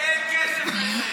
למשרד הרווחה אין כסף לזה.